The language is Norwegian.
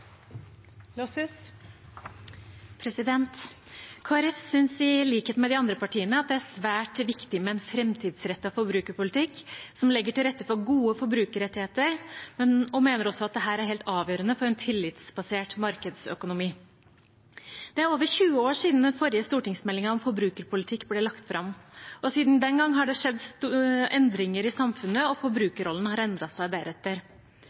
i likhet med de andre partiene at det er svært viktig med en framtidsrettet forbrukerpolitikk som legger til rette for gode forbrukerrettigheter. Vi mener også at dette er helt avgjørende for en tillitsbasert markedsøkonomi. Det er over 20 år siden den forrige stortingsmeldingen om forbrukerpolitikk ble lagt fram. Siden den gang har det skjedd endringer i samfunnet, og forbrukerrollen har endret seg deretter.